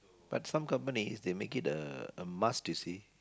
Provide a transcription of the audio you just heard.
but some companies they make it a a must you see